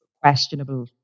questionable